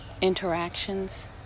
interactions